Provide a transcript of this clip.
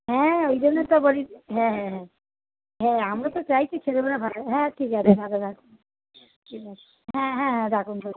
হ্যাঁ ওই জন্য তো বলি হ্যাঁ হ্যাঁ হ্যাঁ হ্যাঁ আমরা তো চাইছি ছেলেমেয়েরা ভালো হ্যাঁ ঠিক আছে ভালো থাকুন ঠিক আছে হ্যাঁ হ্যাঁ হ্যাঁ রাখুন রাখুন